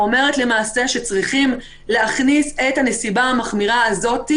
אומרת למעשה שצריכים להכניס את הנסיבה המחמירה הזאת,